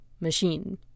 machine